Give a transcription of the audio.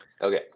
Okay